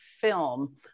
film